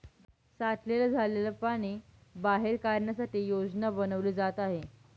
साठलेलं झालेल पाणी बाहेर काढण्यासाठी योजना बनवली जात आहे